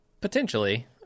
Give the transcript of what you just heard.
Potentially